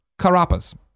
Carapas